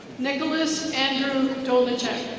nicholas andrew dolecheck.